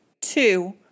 Two